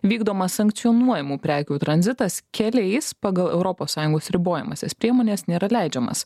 vykdomas sankcionuojamų prekių tranzitas keliais pagal europos sąjungos ribojamąsias priemones nėra leidžiamas